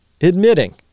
admitting